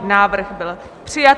Návrh byl přijat.